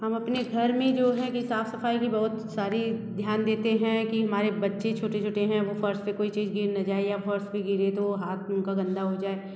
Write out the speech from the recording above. हम अपने घर में जो है की साफ़ सफ़ाई पे बहुत सारा ध्यान देते हैं कि हमारे बच्चे छोटे छोटे हैं वो फ़र्श पर कोई चीज़ गिर ना जाए या फ़र्श पर गिरे तो हाथ भी उनका गंदा हो जाए